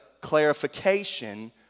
clarification